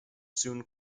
soon